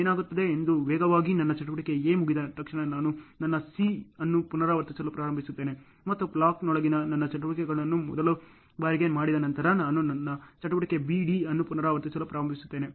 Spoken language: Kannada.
ಏನಾಗುತ್ತದೆ ಎಂದು ವೇಗವಾಗಿ ನನ್ನ ಚಟುವಟಿಕೆ A ಮುಗಿದ ತಕ್ಷಣ ನಾನು ನನ್ನCಅನ್ನು ಪುನರಾವರ್ತಿಸಲು ಪ್ರಾರಂಭಿಸುತ್ತೇನೆ ಮತ್ತು ಬ್ಲಾಕ್ನೊಳಗಿನ ನನ್ನ ಚಟುವಟಿಕೆಗಳನ್ನು ಮೊದಲ ಬಾರಿಗೆ ಮಾಡಿದ ನಂತರ ನಾನು ನನ್ನ ಚಟುವಟಿಕೆ B D ಅನ್ನು ಪುನರಾವರ್ತಿಸಲು ಪ್ರಾರಂಭಿಸುತ್ತೇನೆ